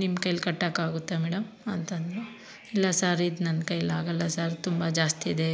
ನಿಮ್ಮ ಕೈಯಲ್ಲಿ ಕಟ್ಟಕ್ಕೆ ಆಗುತ್ತಾ ಮೇಡಮ್ ಅಂತ ಅಂದರು ಇಲ್ಲ ಸರ್ ಇದು ನನ್ನ ಕೈಯಲ್ಲಿ ಆಗಲ್ಲ ಸರ್ ತುಂಬ ಜಾಸ್ತಿ ಇದೆ